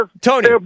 Tony